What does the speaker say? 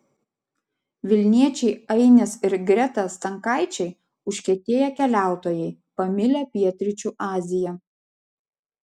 vilniečiai ainis ir greta stankaičiai užkietėję keliautojai pamilę pietryčių aziją